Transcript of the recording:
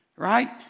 Right